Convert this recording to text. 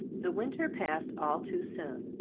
the winter passed all too soon.